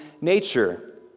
nature